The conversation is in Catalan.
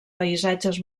paisatges